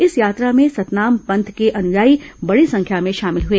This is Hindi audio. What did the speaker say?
इस यात्रा में सतनाम पंथ के अनुयायी बड़ी संख्या में शामिल हुए